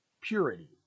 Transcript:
purity